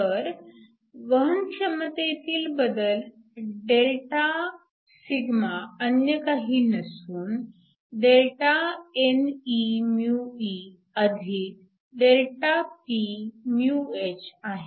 तर वहनक्षमतेतील बदल Δσ अन्य काही नसून Δne μe ΔPμh आहे